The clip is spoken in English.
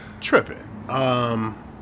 Tripping